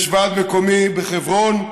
יש ועד מקומי בחברון,